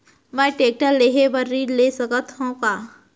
मैं टेकटर लेहे बर ऋण ले सकत हो का?